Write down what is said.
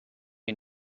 you